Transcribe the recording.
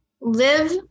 live